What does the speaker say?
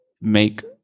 make